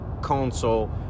console